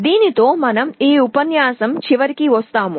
దీనితో మనం ఈ ఉపన్యాసం చివరికి వస్తాము